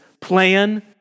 plan